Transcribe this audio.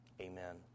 Amen